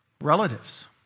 relatives